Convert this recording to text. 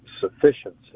sufficiency